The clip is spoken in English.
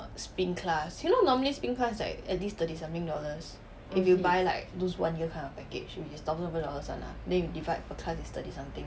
spin class you know normally spin class is like at least thirty something dollars if you buy like those one year kind of package which is thousand over dollars [one] ah then you divide per class is thirty something